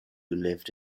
lived